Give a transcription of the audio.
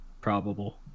probable